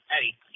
Eddie